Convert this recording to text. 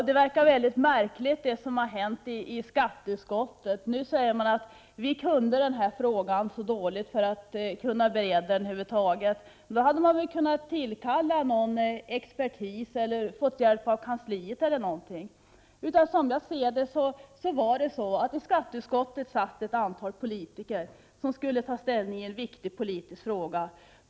Herr talman! Det som har hänt i skatteutskottet verkar mycket märkligt. Nu säger man att man kunde den här frågan för dåligt för att över huvud taget kunna bereda den. I så fall hade man väl kunnat tillkalla någon expertis eller fått hjälp av kansliet. Som jag ser det satt det i skatteutskottet ett antal politiker som skulle ta ställning i en viktig politisk fråga.